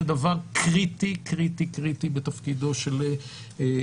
זה דבר קריטי, קריטי, קריטי בתפקידו של ייעוץ,